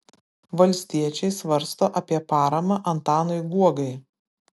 valstiečiai svarsto apie paramą antanui guogai